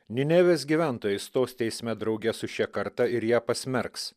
ninevės gyventojai stos teisme drauge su šia karta ir ją pasmerks